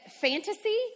fantasy